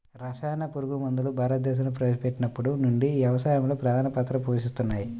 రసాయన పురుగుమందులు భారతదేశంలో ప్రవేశపెట్టినప్పటి నుండి వ్యవసాయంలో ప్రధాన పాత్ర పోషిస్తున్నాయి